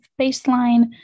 baseline